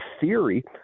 theory